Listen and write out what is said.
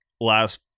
last